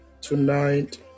Tonight